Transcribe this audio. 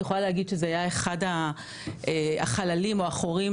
אני יכולה להגיד שזה היה אחד החללים או החורים